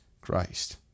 Christ